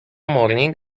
morning